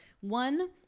one